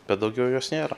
bet daugiau jos nėra